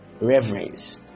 reverence